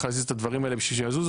להזיז את הדברים האלה בשביל שיזוז,